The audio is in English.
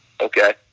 Okay